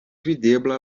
videbla